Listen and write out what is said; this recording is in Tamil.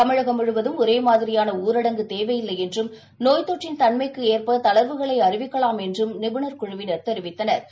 தமிழகம் முழுவதும் ஒரேமாதிரியானஊரடங்கு தேவையில்லைஎன்றும் நோய் தொற்றின் தன்மைக்குஏற்பதளா்வுகள் அறிவிக்கலாம் என்றும் நிபுணா் குழுவினா் தெரிவித்தனா்